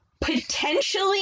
potentially